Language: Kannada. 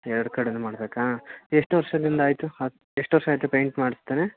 ಎರಡು ಕಡೆಯೂ ಮಾಡಬೇಕಾ ಎಷ್ಟು ವರ್ಷದಿಂದ ಆಯಿತು ಹತ್ತು ಎಷ್ಟು ವರ್ಷ ಆಯಿತು ಪೇಂಟ್ ಮಾಡ್ಸ್ದೇ